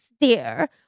dear